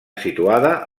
situada